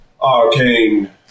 arcane